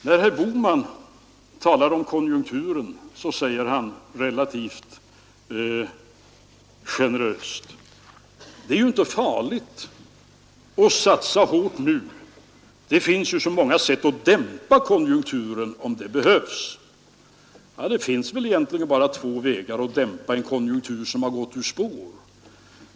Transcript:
När herr Bohman talar om konjunkturen, säger han relativt generöst: Det är ju inte farligt att satsa hårt nu. Det finns ju så många sätt att dämpa konjunkturen om det behövs. Ja, det finns väl egentligen bara två vägar att dämpa en konjunktur som har gått ur spår.